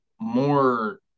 more